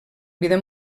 vida